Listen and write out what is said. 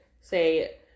say